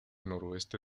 noroeste